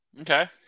Okay